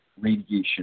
radiation